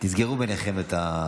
29 מתנגדים.